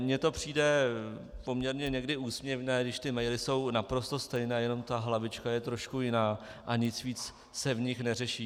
Mně to přijde poměrně někdy úsměvné, když ty maily jsou naprosto stejné, jenom ta hlavička je trošku jiná a nic víc se v nich neřeší.